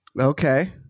Okay